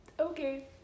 Okay